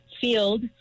field